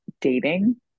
dating